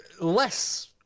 less